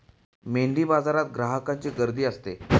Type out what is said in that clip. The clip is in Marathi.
मेंढीबाजारात ग्राहकांची गर्दी असते